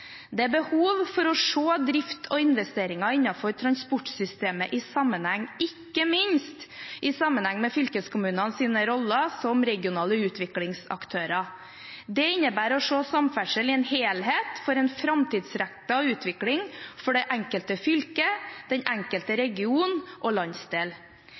Det er behov for å se drift og investeringer innenfor transportsystemet i sammenheng, ikke minst i sammenheng med fylkeskommunenes roller som regionale utviklingsaktører. Det innebærer å se samferdsel i en helhet for en framtidsrettet utvikling for det enkelte fylke, den enkelte region og landsdel.